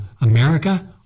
America